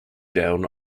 down